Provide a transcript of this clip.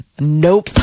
nope